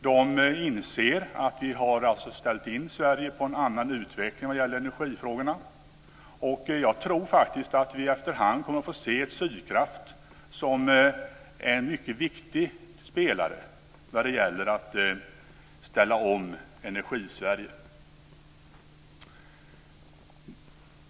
De inser att vi har ställt in Sverige på en annan utveckling när det gäller energifrågorna, och jag tror faktiskt att vi efterhand kommer att få se Sydkraft som en mycket viktig spelare när det gäller att ställa om Energisverige.